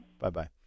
Bye-bye